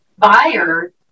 buyer